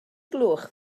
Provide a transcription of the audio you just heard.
gloch